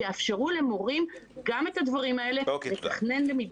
שיאפשרו למורים גם את הדברים האלה לתכנן למידה.